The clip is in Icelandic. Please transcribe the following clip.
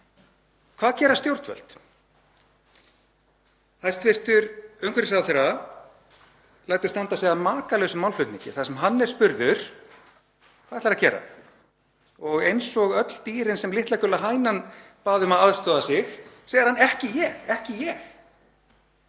Hvað gera stjórnvöld? Hæstv. umhverfisráðherra lætur standa sig að makalausum málflutningi þar sem hann er spurður: Hvað ætlar þú að gera? Eins og öll dýrin sem litla gula hænan bað um að aðstoða sig, segir hann: Ekki ég, ekki ég.